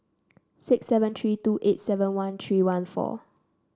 six seven three two eight seven one three one four